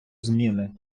зміни